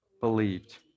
believed